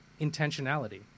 intentionality